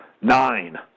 nine